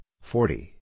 forty